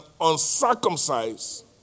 uncircumcised